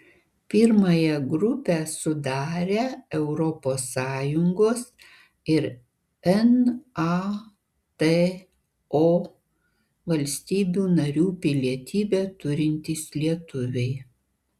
pirmąją grupę sudarę europos sąjungos ir nato valstybių narių pilietybę turintys lietuviai